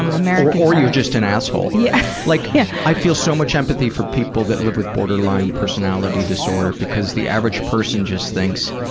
um or you're just an asshole. yeah like yeah i feel so much empathy for people that live with borderline personality disorder because the average person just thinks,